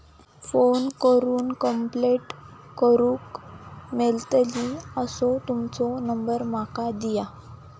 Phone करून complaint करूक मेलतली असो तुमचो नंबर माका दिया?